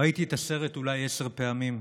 ראיתי את הסרט אולי עשר פעמים,